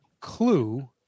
clue